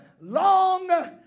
long